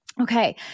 okay